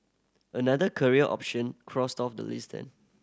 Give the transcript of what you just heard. another career option crossed off the list then